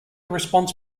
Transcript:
response